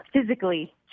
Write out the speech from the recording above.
physically